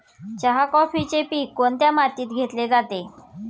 चहा, कॉफीचे पीक कोणत्या मातीत घेतले जाते?